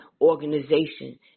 organization